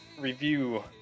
review